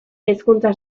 hezkuntza